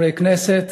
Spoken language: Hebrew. חברי כנסת,